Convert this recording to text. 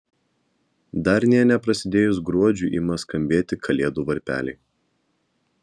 dar nė neprasidėjus gruodžiui ima skambėti kalėdų varpeliai